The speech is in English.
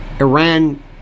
Iran